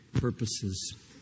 purposes